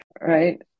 Right